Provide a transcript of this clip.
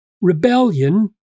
rebellion